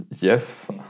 Yes